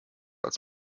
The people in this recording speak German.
als